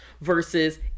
versus